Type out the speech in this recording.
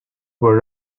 were